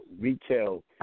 retail